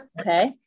Okay